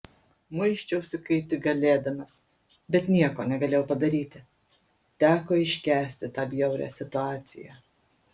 muisčiausi kaip tik galėdamas bet nieko negalėjau padaryti teko iškęsti tą bjaurią situaciją